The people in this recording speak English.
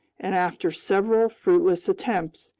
and after several fruitless attempts,